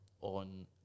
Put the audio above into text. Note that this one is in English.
on